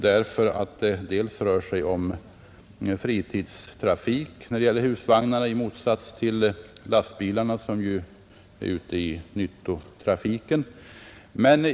När det gäller husvagnarna är det ju fråga om fritidstrafik, i motsats till lastbilarnas nyttotrafik.